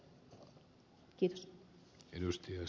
herra puhemies